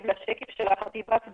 בשקף של חטיבת הביניים,